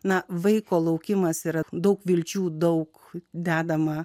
nuo vaiko laukimas yra daug vilčių daug dedama